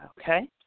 Okay